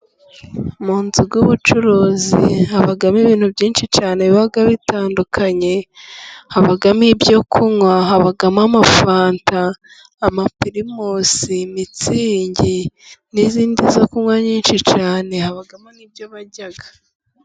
Mu nzu z'ubucuruzi， habamo ibintu byinshi cyane biba bitandukanye，habamo ibyo kunywa， habamo amafanta， amapirimusi，mitsingi， n'izindi zo kunywa nyinshi cyane， habamo n'ibyo barya.